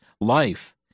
life